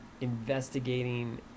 investigating